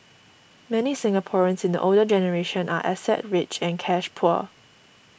many Singaporeans in the older generation are asset rich and cash poor